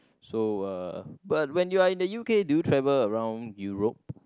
so uh but when you are in the U_K do you travel around Europe